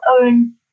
own